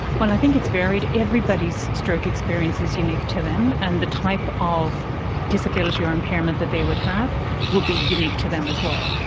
well, i think it's varied. everybody's stroke experience is unique to them, and the type of disability or impairment that they would have would be unique to them as well.